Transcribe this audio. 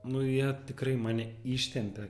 nu jie tikrai mane ištempė